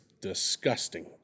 disgusting